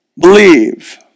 Believe